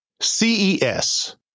CES